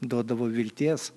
duodavo vilties